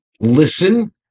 listen